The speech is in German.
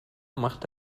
macht